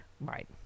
right